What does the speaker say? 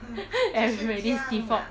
everybody's default